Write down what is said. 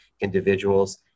individuals